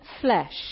flesh